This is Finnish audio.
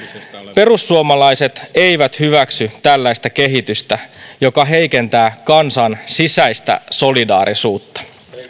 perussuomalaiset eivät hyväksy tällaista kehitystä joka heikentää kansan sisäistä solidaarisuutta